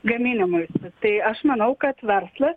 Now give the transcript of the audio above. gaminimui tai aš manau kad verslas